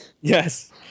yes